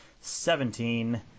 seventeen